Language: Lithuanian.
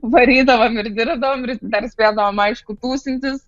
varydavom ir dirbdavom ir dar spėdavom aišku tūsintis